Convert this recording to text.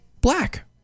black